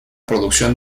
producción